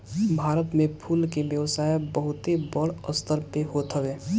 भारत में फूल के व्यापार बहुते बड़ स्तर पे होत हवे